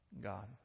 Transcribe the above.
God